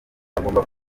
bagomba